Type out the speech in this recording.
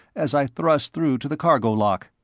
as i thrust through to the cargo lock.